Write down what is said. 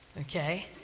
okay